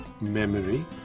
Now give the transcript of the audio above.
memory